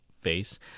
face